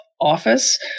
office